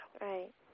Right